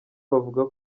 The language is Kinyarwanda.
bavuga